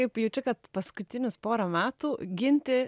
taip jaučiu kad paskutinius porą metų ginti